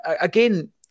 again